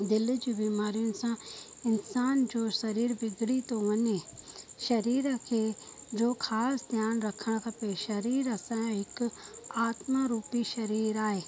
दिलि जी बीमारियुनि सां इंसान जो शरीरु बिगड़ी थो वञे शरीर खे जो ख़ासि ध्यानु रखणु खपे शरीरु असांजो हिकु आत्मा रुपी शरीरु आहे